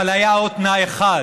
אבל היה עוד תנאי אחד,